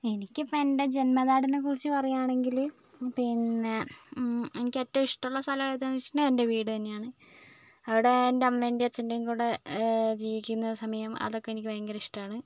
എനിക്കിപ്പോൾ എൻ്റെ ജന്മനാടിനെക്കുറിച്ച് പറയാണെങ്കിൽ പിന്നെ എനിക്ക് ഏറ്റവും ഇഷ്ട്ടമുള്ള സ്ഥലം ഏതാന്ന് ചോദിച്ചിട്ടുണ്ടെൽ എൻ്റെ വീട് തന്നെയാണ് അവിടെ എൻ്റെ അമ്മേൻ്റെയും അച്ഛൻറ്റെയും കൂടെ ജീവിക്കുന്ന സമയം അതൊക്കെ എനിക്ക് ഭയങ്കര ഇഷ്ടമാണ്